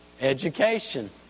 education